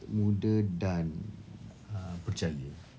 muda dan uh berjaya